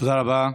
תודה רבה.